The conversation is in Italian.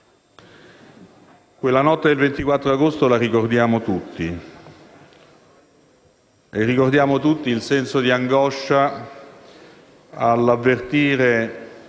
Quella notte del 24 agosto la ricordiamo tutti e ricordiamo tutti il senso di angoscia nell'avvertire